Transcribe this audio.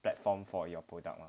platform for your product lah